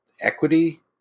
equity